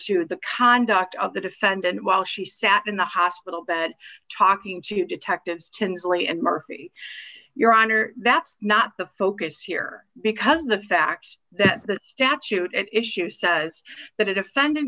to the conduct of the defendant while she sat in the hospital bed talking to detectives tensely and murphy your honor that's not the focus here because the fact that the statute at issue says that a defendant